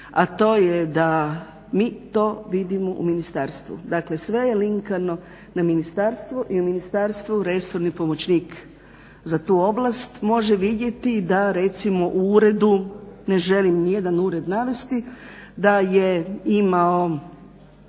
a to je da mi to vidimo u ministarstvu. Dakle, sve je linkano na ministarstvu, jer ministarstvo resorni pomoćnik za tu oblast može vidjeti da recimo u uredu, ne želim ni jedan ured navesti da je ima